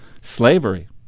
slavery